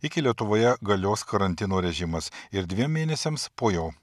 iki lietuvoje galios karantino režimas ir dviem mėnesiams po jo